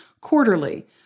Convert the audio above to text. quarterly